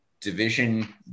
division